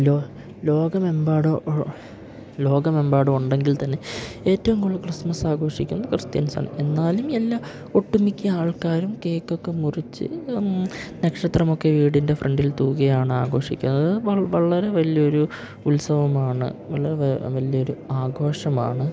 law ലോകമെമ്പാടും ഓ ലോകമെമ്പാടും ഉണ്ടെങ്കിൽ തന്നെ ഏറ്റവും കൂടുതൽ ക്രിസ്തുമസാഘോഷിക്കുന്നത് ക്രിസ്ത്യൻസാണ് എന്നാലും എല്ലാ ഒട്ടു മിക്ക ആൾക്കാരും കേക്കൊക്കെ മുറിച്ച് നക്ഷത്രമൊക്കെ വീടിൻ്റെ ഫ്രണ്ടിൽ തൂക്കിയാണാഘോഷിക്കാറ് വൾ വളരെ വലിയൊരു ഉത്സവമാണ് വളരെ വെ വലിയൊരു ആഘോഷമാണ്